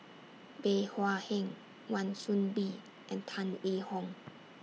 Bey Hua Heng Wan Soon Bee and Tan Yee Hong